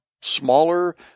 smaller